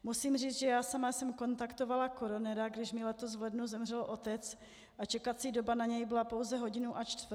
Musím říct, že já sama jsem kontaktovala koronera, když mi letos v lednu zemřel otec, a čekací doba na něj byla pouze hodinu a čtvrt.